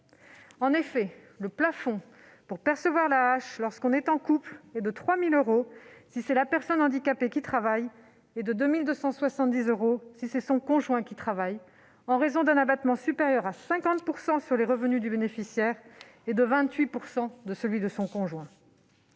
En effet, le plafond pour percevoir l'AAH lorsqu'on est en couple est de 3000 euros si c'est la personne handicapée qui travaille et de 2270 euros si c'est le conjoint, en raison d'un abattement supérieur à 50 % sur les revenus du bénéficiaire et de 28 % sur ceux du conjoint.